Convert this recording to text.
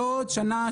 ואולי בעוד שנה,